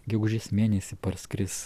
gegužės mėnesį parskris